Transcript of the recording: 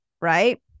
right